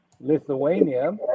Lithuania